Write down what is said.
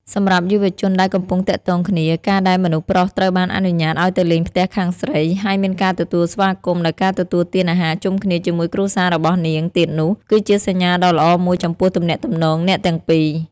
សម្រាប់យុវជនដែលកំពុងទាក់ទងគ្នា ការដែលមនុស្សប្រុសត្រូវបានអនុញ្ញាតឲ្យទៅលេងផ្ទះខាងស្រី ហើយមានការទទួលស្វាគមន៍ដោយការទទួលទានអាហារជុំគ្នាជាមួយគ្រួសាររបស់នាងទៀតនោះ គឺជាសញ្ញាដ៏ល្អមួយចំពោះទំនាក់ទំនងអ្នកទាំងពីរ។